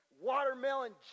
watermelon